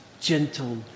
gentle